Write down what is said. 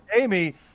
Amy